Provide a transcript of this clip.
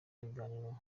biganiro